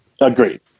Agreed